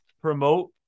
promote